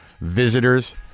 visitors